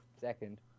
Second